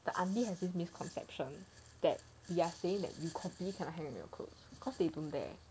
the aunty has a misconception that we are saying that you completely cannot hang your clothes cause they don't dare